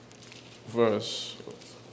verse